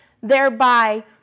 thereby